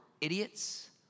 idiots